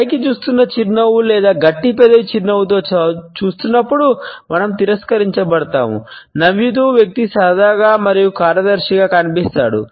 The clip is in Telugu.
పైకి చూస్తున్నచిరునవ్వు లేదా గట్టి పెదవి చిరునవ్వుతో చూస్తున్నప్పుడు మనం తిరస్కరించ బడుతాము నవ్వుతున్న వ్యక్తి సరదాగా మరియు కార్యదర్శిగా కనిపిస్తాడు